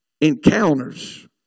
encounters